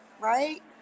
right